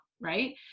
right